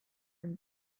and